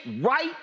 right